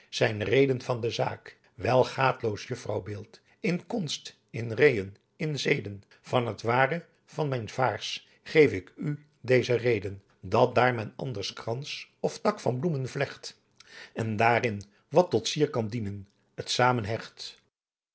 zijn reden van de zaak wel gaad'loos juffrouwbeeld in konst in reên in zeden van t warre van mijn vaers geef ik u deeze reden dat daar men anders krans of tak van bloemen vlegt en daar in wat tot sier kan dienen t